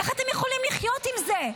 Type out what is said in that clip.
איך אתם יכולים לחיות עם זה,